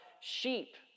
sheep